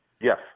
Yes